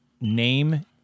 name